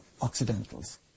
Occidentals